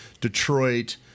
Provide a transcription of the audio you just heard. Detroit